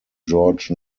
george